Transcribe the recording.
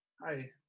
Hi